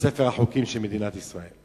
בספר החוקים של מדינת ישראל.